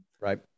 Right